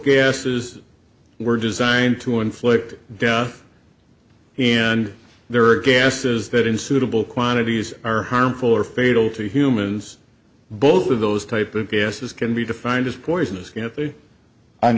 gases were designed to inflict death and there are gases that in suitable quantities are harmful or fatal to humans both of those type of gases can be defined as poisonous